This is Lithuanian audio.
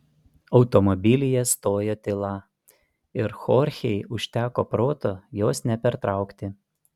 automobilyje stojo tyla ir chorchei užteko proto jos nepertraukti